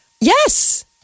yes